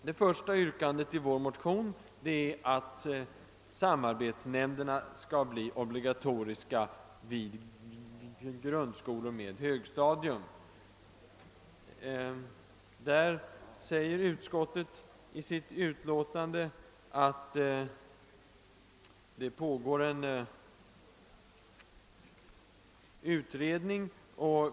Det första yrkandet i vår motion är att samarbetsnämnderna skall bli obligatoriska vid grundskolor med högstadium. Utskottet skriver i sitt utlåtande att det pågår en utredning om detta.